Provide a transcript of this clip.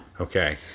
Okay